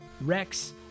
Rex